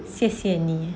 谢谢你